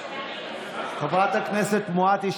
חברת הכנסת מואטי,